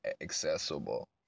accessible